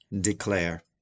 declare